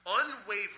unwavering